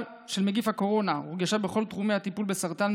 של נגיף הקורונה הורגשה בכל תחומי הטיפול בסרטן,